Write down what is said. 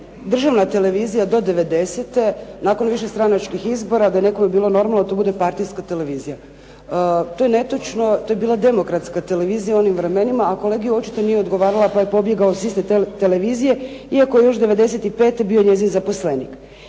državna televizija do '90.-te nakon višestranačkih izbora, da je nekome bilo normalno da to bude partijska televizija. To je netočno. To je bila demokratska televizija u onim vremenima. A kolegi očito nije odgovarala, pa je pobjegao s iste televizije, iako je još '95. bio njezin zaposlenik.